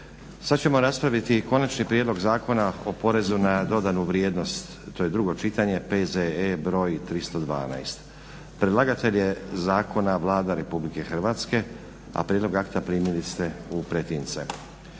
Sada ćemo raspraviti: - Konačni prijedlog Zakona o porezu na dodanu vrijednost, drugo čitanje, P.Z.E. br. 312; Predlagatelj je zakona Vlada Republike Hrvatske a prijedlog akta primili ste u pretince.